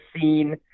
seen